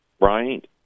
right